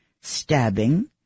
stabbing